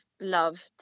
love